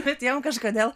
bet jam kažkodėl